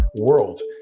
world